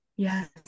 yes